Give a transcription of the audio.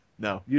No